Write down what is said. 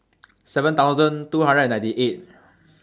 seven thousand two hundred and ninety eight